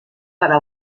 para